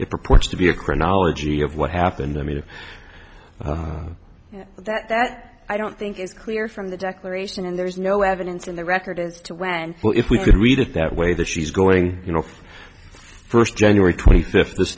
it purports to be a chronology of what happened i mean that i don't think it's clear from the declaration and there's no evidence in the record as to when well if we could read it that way that she's going you know first january twenty fifth